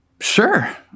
Sure